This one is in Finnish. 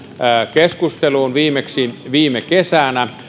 keskusteluun viimeksi viime kesänä